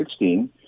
2016